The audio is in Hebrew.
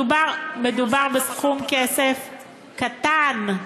מדובר בסכום כסף קטן,